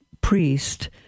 priest